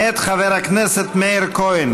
מאת חבר הכנסת מאיר כהן.